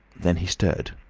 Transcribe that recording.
then he stirred,